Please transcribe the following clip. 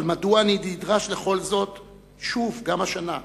אז מדוע אני נדרש לכל זה שוב גם השנה?